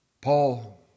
Paul